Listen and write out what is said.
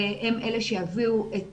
הם אלה שיביאו את